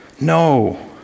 No